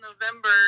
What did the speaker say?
November